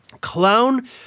Clown